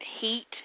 heat